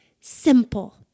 simple